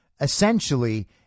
essentially